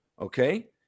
okay